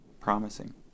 promising